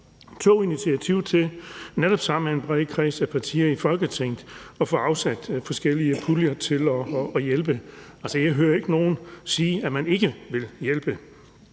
tog initiativ til, netop sammen med en bred kreds af partier i Folketinget, at få afsat forskellige puljer til at hjælpe. Altså, jeg hører ikke nogen sige, at man ikke vil hjælpe,